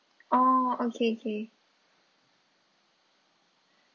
oh okay okay